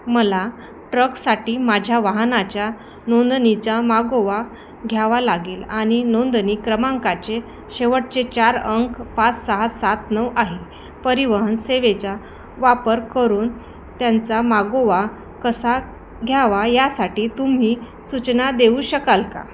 मला ट्रकसाठी माझ्या वाहनाच्या नोंदणीचा मागोवा घ्यावा लागेल आणि नोंदणी क्रमांकाचे शेवटचे चार अंक पाच सहा सात नऊ आहे परिवहन सेवेच्या वापर करून त्यांचा मागोवा कसा घ्यावा यासाठी तुम्ही सूचना देऊ शकाल का